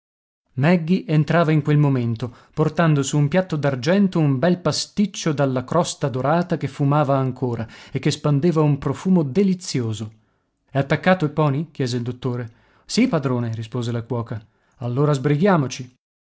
magge entrava in quel momento portando su un piatto d'argento un bel pasticcio dalla crosta dorata che fumava ancora e che spandeva un profumo delizioso è attaccato il poney chiese il dottore sì padrone rispose la cuoca allora sbrighiamoci